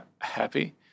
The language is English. happy